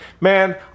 man